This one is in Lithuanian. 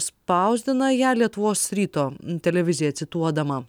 spausdina ją lietuvos ryto televizija cituodama